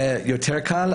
זה יותר קל,